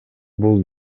бул